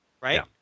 right